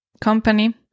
company